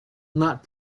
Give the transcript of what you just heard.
not